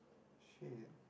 shit